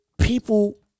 People